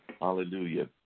Hallelujah